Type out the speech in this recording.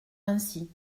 ainsi